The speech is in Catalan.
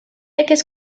aquest